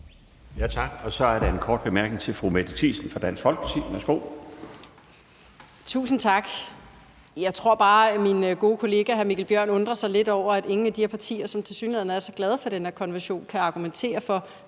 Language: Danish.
Tak. Så er der en kort bemærkning til fru Mette Thiesen fra Dansk Folkeparti.